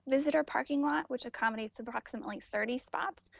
visitor parking lot, which accommodates approximately thirty spots.